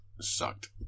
sucked